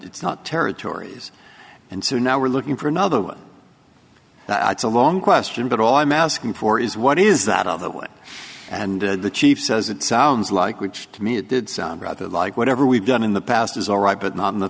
it's not territories and so now we're looking for another one a long question but all i'm asking for is what is that all the way and the chief says it sounds like which to me it did sound rather like whatever we've done in the past is alright but not in the